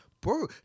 Bro